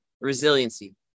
resiliency